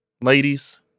ladies